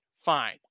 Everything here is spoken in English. Fine